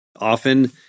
often